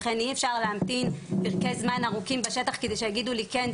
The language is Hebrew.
לכן אי אפשר להמתין פרקי זמן ארוכים בשטח כדי שיגידו לי: כן,